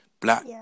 black